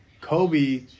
Kobe